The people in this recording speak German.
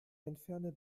entferne